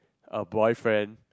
a boyfriend